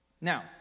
Now